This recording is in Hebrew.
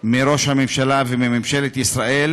מראש הממשלה ומממשלת ישראל